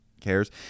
cares